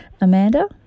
Amanda